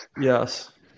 Yes